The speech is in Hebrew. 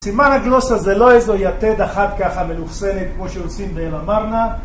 סימן הגלוס הזה לא איזו יתד אחת ככה מלוכסנת כמו שעושים באלה מרנה.